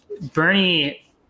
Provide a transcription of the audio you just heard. Bernie